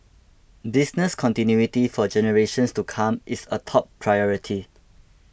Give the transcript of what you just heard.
business continuity for generations to come is a top priority